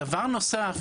דבר נוסף.